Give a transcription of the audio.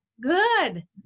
good